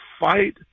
fight